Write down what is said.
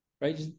right